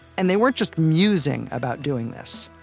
and they weren't just musing about doing this.